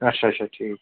اَچھا اَچھا ٹھیٖک